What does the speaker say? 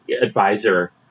advisor